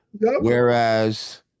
whereas